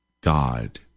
God